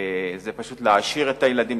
היא להעשיר את הילדים,